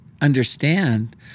understand